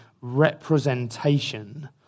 representation